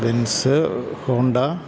Benz Honda